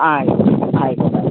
ആ ആയിക്കോട്ടെ